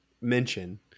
mention